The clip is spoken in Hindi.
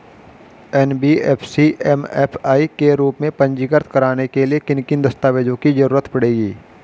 एन.बी.एफ.सी एम.एफ.आई के रूप में पंजीकृत कराने के लिए किन किन दस्तावेजों की जरूरत पड़ेगी?